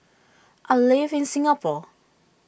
I live in Singapore